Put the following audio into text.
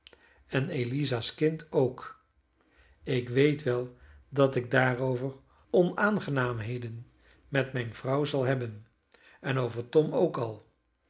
en eliza's kind ook ik weet wel dat ik daarover onaangenaamheden met mijne vrouw zal hebben en over tom ook al